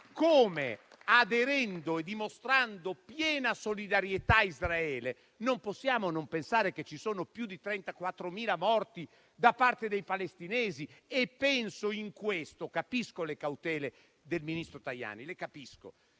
aderendo e dimostrando piena solidarietà a Israele, non possiamo non pensare che ci sono più di 34.000 morti dalla parte dei palestinesi. Capisco le cautele del ministro Tajani, le capisco,